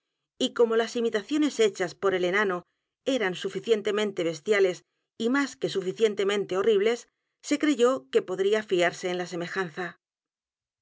y como las imitaciones hechas por el enano era suficientemente bestiales y más que suficientemente horribles se creyó que podría fiarse en la semejanza